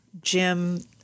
Jim